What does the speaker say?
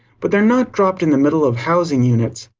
but they're not dropped in the middle of housing units.